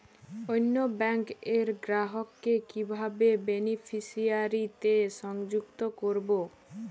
অন্য ব্যাংক র গ্রাহক কে কিভাবে বেনিফিসিয়ারি তে সংযুক্ত করবো?